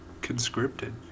conscripted